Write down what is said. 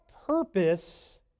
purpose